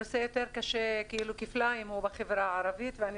הנושא קשה כפליים בחברה הערבית ואני